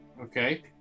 Okay